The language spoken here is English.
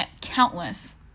countless